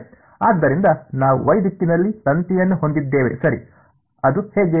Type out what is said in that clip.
ಆದ್ದರಿಂದ ನಾವು y ದಿಕ್ಕಿನಲ್ಲಿ ತಂತಿಯನ್ನು ಹೊಂದಿದ್ದೇವೆ ಸರಿ ಅದು ಅದು ಹೇಗೆ